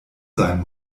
sein